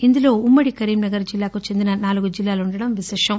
ఇందులో ఉమ్మడి కరీంనగర్ జిల్లాకు చెందిన నాలుగు జిల్లాలు ఉండటం విశేషం